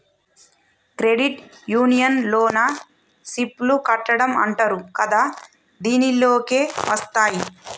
credit union లోన SIP లు కట్టడం అంటరు కదా దీనిలోకే వస్తాయ్